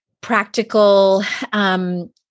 practical